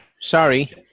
Sorry